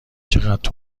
چقدر